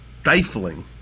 stifling